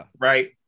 right